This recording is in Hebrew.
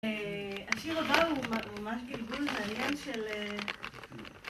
השיר הבא הוא ממש גלגול מעניין של...